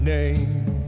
name